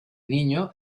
niño